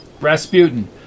Rasputin